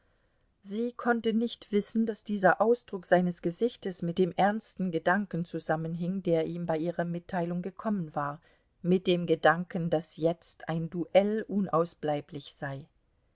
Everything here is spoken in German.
sie konnte nicht wissen daß dieser ausdruck seines gesichtes mit dem ersten gedanken zusammenhing der ihm bei ihrer mitteilung gekommen war mit dem gedanken daß jetzt ein duell unausbleiblich sei